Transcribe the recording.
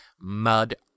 Mud